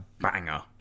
banger